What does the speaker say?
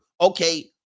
Okay